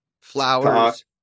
flowers